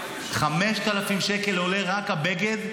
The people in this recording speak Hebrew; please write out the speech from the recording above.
5,000. 5,000 שקל עולה רק הבגד,